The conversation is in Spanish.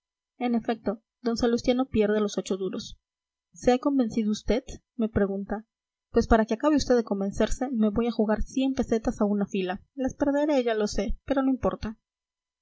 en efecto d salustiano pierde los ocho duros se ha convencido usted me pregunta pues para que acabe usted de convencerse me voy a jugar cien pesetas a una fila las perderé ya lo sé pero no importa